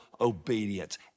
obedience